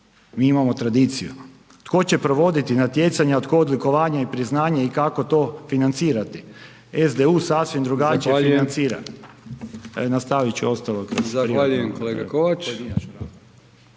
mi imamo tradiciju. Tko će provoditi natjecanja, a tko odlikovanja i priznanja i kako to financirati? SDU sasvim drugačije financira …/Upadica: Zahvaljujem./… nastavit